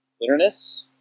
Bitterness